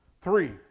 Three